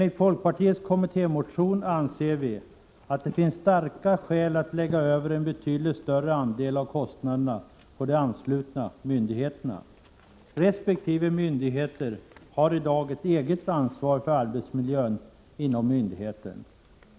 I folkpartiets kommittémotion anför vi att det finns starka skäl att lägga över en betydligt större andel av kostnaderna på de anslutna myndigheterna. Resp. myndigheter har i dag ett eget ansvar för arbetsmiljön inom myndigheten.